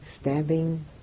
stabbing